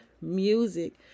music